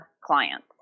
clients